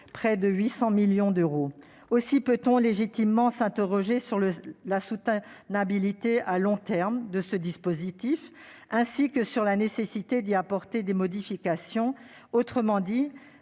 près de 800 millions d'euros. Aussi peut-on légitimement s'interroger sur la soutenabilité à long terme de ce dispositif, ainsi que sur la nécessité d'y apporter des modifications. Autrement dit,